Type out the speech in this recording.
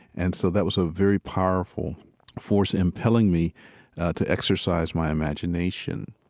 and so that was a very powerful force impelling me to exercise my imagination.